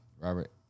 Robert